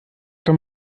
doch